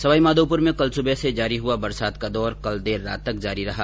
सवाईमाधोपुर में कल सुबह से जारी हुआ बरसात का दौर कल देर रात तक जारी रहा